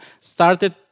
started